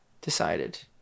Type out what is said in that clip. decided